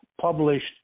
published